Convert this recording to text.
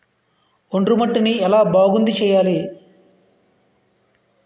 ఒండ్రు మట్టిని ఎలా బాగుంది చేయాలి?